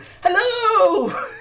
hello